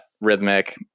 Rhythmic